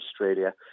Australia